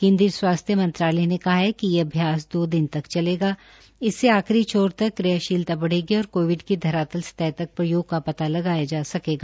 केन्द्रीय स्वास्थ्य मंत्रालय ने कहा है कि ये अभ्यास दो दिन तक चलेगा इससे आखिरी छोर तक क्रियाशीलता बढ़ेगी और कोविड की धरातल सतह तक प्रयोग का प्रता लगाया जा सकेगा